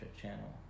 channel